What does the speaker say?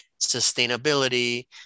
sustainability